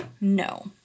No